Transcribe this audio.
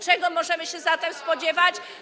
Czego możemy się zatem spodziewać?